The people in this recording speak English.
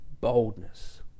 boldness